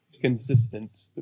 consistent